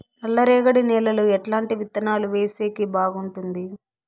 నల్లరేగడి నేలలో ఎట్లాంటి విత్తనాలు వేసేకి బాగుంటుంది?